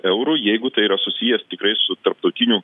eurų jeigu tai yra susijęs tikrai su tarptautinių